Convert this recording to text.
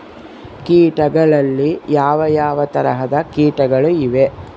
ಕೇಟಗಳಲ್ಲಿ ಯಾವ ಯಾವ ತರಹದ ಕೇಟಗಳು ಇವೆ?